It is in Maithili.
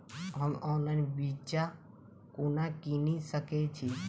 हम ऑनलाइन बिच्चा कोना किनि सके छी?